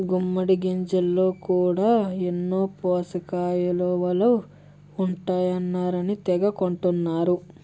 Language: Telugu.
గుమ్మిడి గింజల్లో కూడా ఎన్నో పోసకయిలువలు ఉంటాయన్నారని తెగ కొంటన్నరు